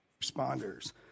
responders